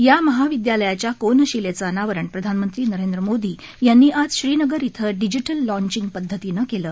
या महाविद्यालयाच्या कोनाशिलेचं अनावरण प्रधानमंत्री नरेंद्र मोदी यांनी आज श्रीनगर इथं डिजीटल लॉंचिंग पद्वतीनं केलं